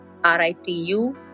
Ritu